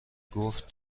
گفت